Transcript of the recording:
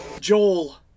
Joel